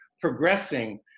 progressing